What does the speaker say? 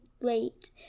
late